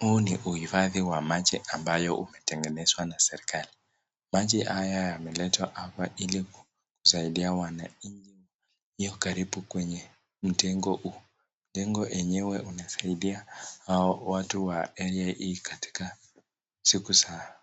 Huu ni uhifadhi wa maji ambayo umetegenezwa na serikali. Maji haya yameletwa hapa ili kusaidia wananchi waliokaribu kwenye mtengo huu. Mtengo yenyewe unasaidia hao watu wa area hii katika siku za